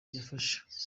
yafashe